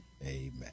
Amen